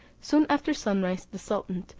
soon after sunrise the sultan,